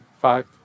five